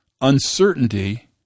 uncertainty